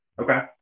Okay